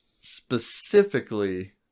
specifically